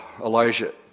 Elijah